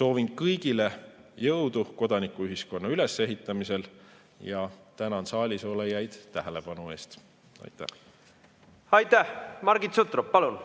Soovin kõigile jõudu kodanikuühiskonna ülesehitamisel ja tänan saalisolijaid tähelepanu eest. Aitäh! Margit Sutrop, palun!